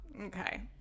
Okay